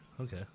Okay